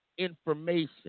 information